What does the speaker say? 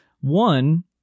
One